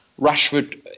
Rashford